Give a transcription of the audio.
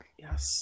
Yes